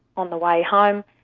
on the way home,